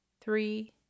three